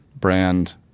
brand